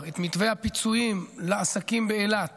את מתווה הפיצויים לעסקים באילת